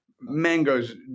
mangoes